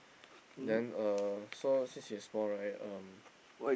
then uh so since it's small right um